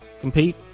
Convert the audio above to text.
compete